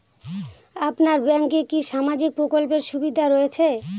আপনার ব্যাংকে কি সামাজিক প্রকল্পের সুবিধা রয়েছে?